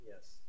Yes